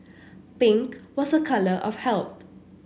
pink was a colour of health